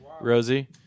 Rosie